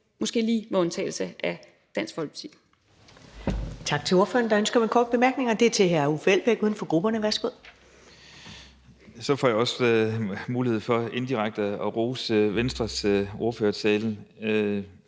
måske lige med undtagelse af med Dansk Folkeparti.